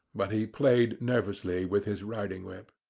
but he played nervously with his riding-whip.